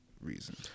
reason